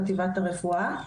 חטיבת הרפואה.